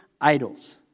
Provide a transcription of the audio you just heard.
idols